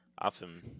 Awesome